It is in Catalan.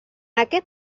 aquest